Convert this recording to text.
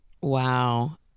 Wow